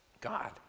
God